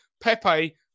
Pepe